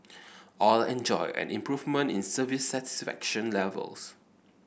all enjoyed an improvement in service satisfaction levels